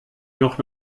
noch